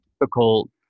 difficult